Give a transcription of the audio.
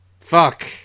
Fuck